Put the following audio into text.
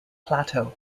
plateau